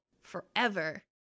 forever